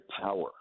power